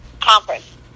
conference